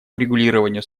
урегулированию